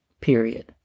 Period